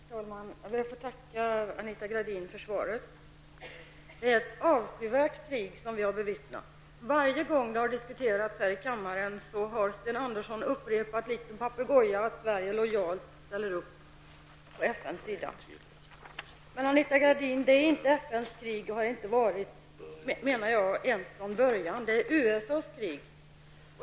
Herr talman! Jag ber att få tacka Anita Gradin för svaret. Det är ett avskyvärt krig som vi har bevittnat. Varje gång det har diskuterats här i kammaren har Sten Andersson likt en papegoja upprepat att Sverige lojalt ställer upp på FNs sida. Men, Anita Gradin, det är inte FNs krig, och jag menar att det inte har varit det ens från början. Det är USAs krig.